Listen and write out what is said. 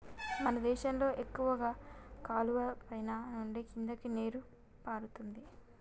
మన దేశంలో ఎక్కువ కాలువలు పైన నుండి కిందకి నీరు పారుతుంది